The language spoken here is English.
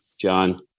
John